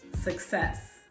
success